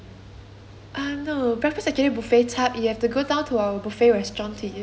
ah no breakfast actually buffet type you have to go down to our buffet restaurant to use consume